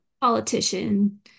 politician